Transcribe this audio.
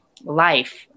life